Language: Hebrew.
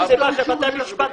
הרכבים שלצידו כבר